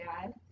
dad